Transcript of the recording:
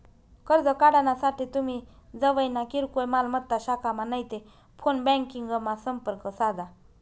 कर्ज काढानासाठे तुमी जवयना किरकोय मालमत्ता शाखामा नैते फोन ब्यांकिंगमा संपर्क साधा